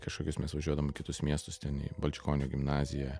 kažkokius mes važiuodavom į kitus miestus ten į balčikonio gimnaziją